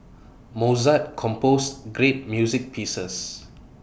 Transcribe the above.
Mozart composed great music pieces